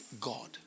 God